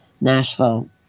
Nashville